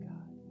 God